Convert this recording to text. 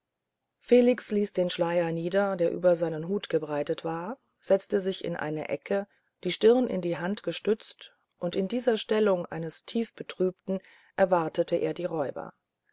felix ließ den schleier nieder der über seinen hut gebreitet war setzte sich in eine ecke die stirne in die hand gestützt und in dieser stellung eines tief betrübten erwartete er die räuber